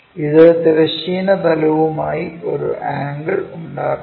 ഇത് തിരശ്ചീന തലവുമായി ഒരു ആംഗിൾ ഉണ്ടാക്കുന്നു